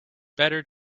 better